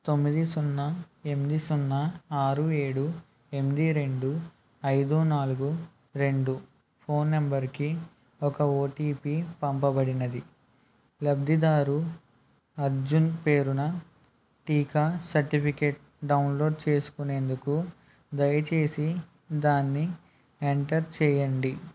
తొమ్మిది సున్నా ఎనిమిది సున్నా ఆరు ఏడు ఎనిమిది రెండు ఐదు నాలుగు రెండు ఫోన్ నెంబర్కి ఒక ఓటీపీ పంపబడినది లబ్ధిదారు అర్జున్ పేరున టీకా సర్టిఫికేట్ డౌన్లోడ్ చేసుకునేందుకు దయచేసి దాన్ని ఎంటర్ చేయండి